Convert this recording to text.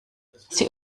sie